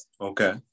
Okay